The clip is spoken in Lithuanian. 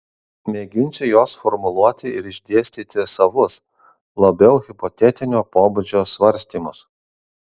mėginsiu juos formuluoti ir išdėstyti savus labiau hipotetinio pobūdžio svarstymus